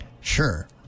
Sure